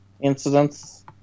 incidents